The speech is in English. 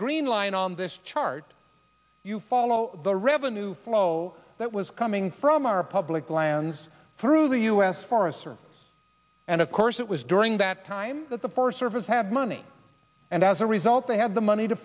green line on this chart you follow the revenue flow that was coming from our public lands through the u s forest service and of course it was during that time that the first service had money and as a result they had the money to